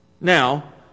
Now